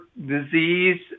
disease